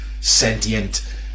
sentient